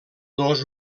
dos